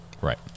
right